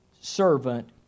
servant